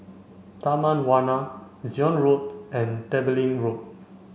Taman Warna Zion Road and Tembeling Road